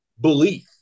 belief